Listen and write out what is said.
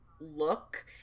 look